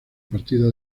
partida